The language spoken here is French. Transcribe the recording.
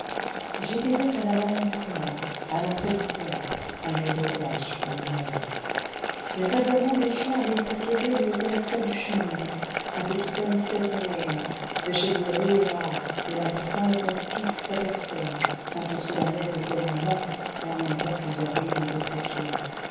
j'étais donc à la barrière du combat à l'entrée du théâtre un jour de relâche pour mon malheur les aboiements des chiens avaient attiré le directeur du chenil un petit homme sec et maigre des cheveux roux et rares de l'importance dans toute sa personne un ton solennel de commandement et en même temps plusieurs rides